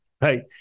right